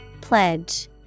Pledge